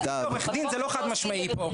כעורך דין, זה לא חד משמעי פה.